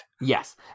Yes